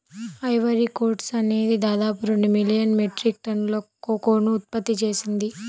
Ivory Coast అనేది దాదాపు రెండు మిలియన్ మెట్రిక్ టన్నుల కోకోను ఉత్పత్తి చేసింది